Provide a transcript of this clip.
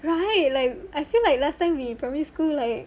right like I feel like last time we primary school like